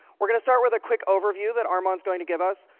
we're going to start with a quick overview that armon is going to give us.